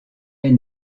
est